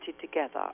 together